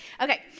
Okay